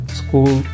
school